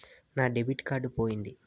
నా debit card పోయింది